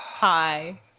Hi